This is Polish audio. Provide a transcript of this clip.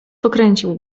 pokręcił